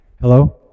Hello